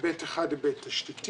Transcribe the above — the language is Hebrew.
היבט אחד היבט תשתיתי.